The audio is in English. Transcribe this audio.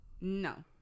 no